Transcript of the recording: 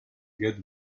get